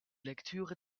lektüre